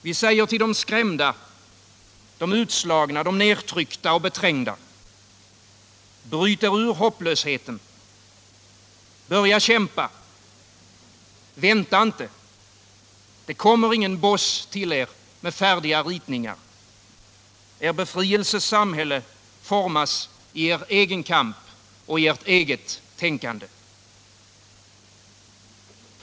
Vi säger till de skrämda, de utslagna, de nedtryckta och beträngda: Bryt er ur hopplösheten! Börja kämpa! Vänta inte! Det kommer ingen boss till er med färdiga ritningar. Er befrielses samhälle formas i er egen kamp och i ert eget tänkande.